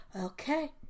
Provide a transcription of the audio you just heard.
okay